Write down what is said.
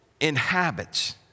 inhabits